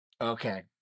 Okay